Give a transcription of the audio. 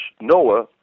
Noah